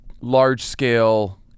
Large-scale